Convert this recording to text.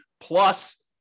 plus